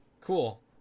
Cool